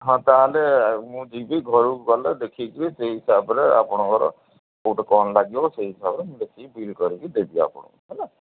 ହଁ ତା'ହେଲେ ମୁଁ ଯିବି ଘରକୁ ଗଲେ ଦେଖିକ ଯିବି ସେଇ ହିସାବରେ ଆପଣଙ୍କର କେଉଁଠେ କ'ଣ ଲାଗିବ ସେଇ ହିସାବରେ ମୁଁ ବସିକି ବିଲ୍ କରିକି ଦେବି ଆପଣଙ୍କୁ ହେଲା